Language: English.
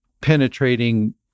penetrating